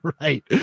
Right